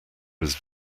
was